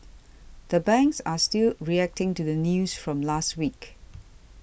the banks are still reacting to the news from last week